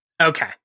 Okay